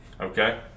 okay